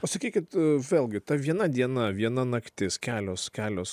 o sakykit vėlgi ta viena diena viena naktis kelios kelios